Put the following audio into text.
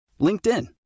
LinkedIn